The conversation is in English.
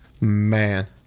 Man